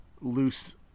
loose